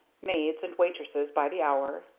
maids and waitresses, by the hour.